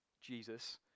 Jesus